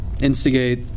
instigate